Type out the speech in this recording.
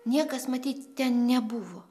niekas matyt ten nebuvo